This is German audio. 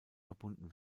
verbunden